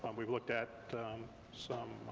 and we've looked at some